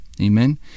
Amen